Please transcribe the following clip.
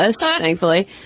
thankfully